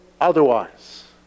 otherwise